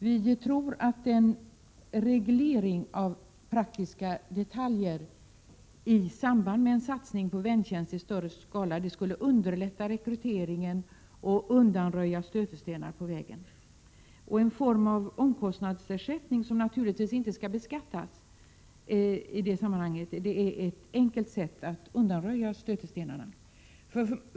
Vi tror att en reglering av praktiska detaljer i samband med en satsning på väntjänster i större skala skulle underlätta rekryteringen och undanröja stötestenar på vägen. En form av omkostnadsersättning, som naturligtvis inte skulle beskattas i detta sammanhang, är ett enkelt sätt att undanröja stötestenarna.